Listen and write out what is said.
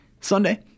Sunday